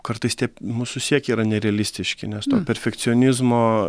kartais tie mūsų siekiai yra nerealistiški nes perfekcionizmo